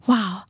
Wow